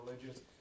religious